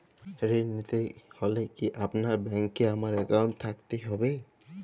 ঋণ নিতে হলে কি আপনার ব্যাংক এ আমার অ্যাকাউন্ট থাকতে হবে?